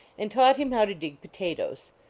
and taught him how to dig potatoes.